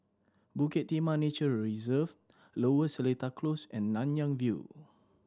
Bukit Timah Nature Reserve Lower Seletar Close and Nanyang View